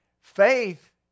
Faith